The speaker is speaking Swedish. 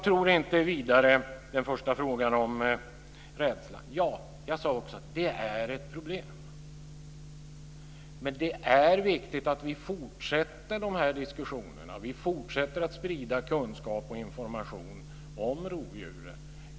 När det gäller den första frågan, om rädslan, så sade jag ju att den är ett problem. Men det är viktigt att vi fortsätter diskussionerna och att vi fortsätter att sprida kunskap och information om rovdjuren.